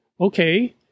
okay